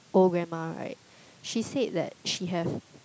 old grandma right she said that she have